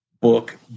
book